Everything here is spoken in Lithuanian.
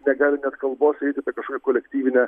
negali net kalbos eiti apie kažkokią kolektyvinę